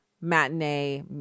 matinee